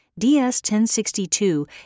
DS1062